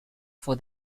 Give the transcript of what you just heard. for